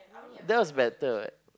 that was better what